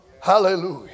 Hallelujah